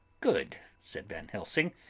good! said van helsing,